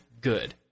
good